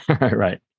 Right